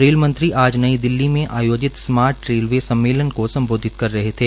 रेलमंत्री आज नई दिल्ली में आयोजित स्मार्टरेलवे सम्मेलन को सम्बोधित कर रहे थे